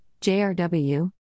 JRW